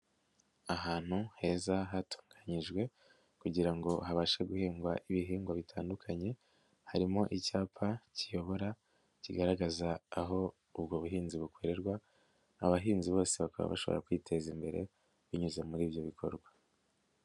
Ahantu heza hatunganyijwe kugira ngo habashe guhingwa ibihingwa bitandukanye harimo icyapa kiyobora kigaragaza aho ubwo buhinzi bukorerwa abahinzi bose bakaba bashobora kwiteza imbere binyuze muri ibyo bikorwa.